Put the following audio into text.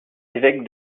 évêque